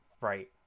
right